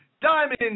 Diamond